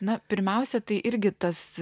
na pirmiausia tai irgi tas